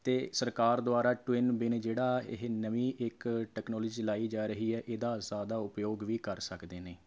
ਅਤੇ ਸਰਕਾਰ ਦੁਆਰਾ ਟਵਿੰਨ ਵਿੰਨ ਜਿਹੜਾ ਇਹ ਨਵੀਂ ਇੱਕ ਟੈਕਨੋਲਜੀ ਲਾਈ ਜਾ ਰਹੀ ਇਹਦਾ ਸਰਦਾ ਉਪਯੋਗ ਵੀ ਕਰ ਸਕਦੇ ਨੇ